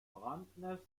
brandnest